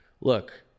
look